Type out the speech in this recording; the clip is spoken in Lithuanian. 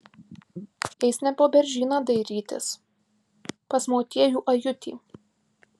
eis ne po beržyną dairytis pas motiejų ajutį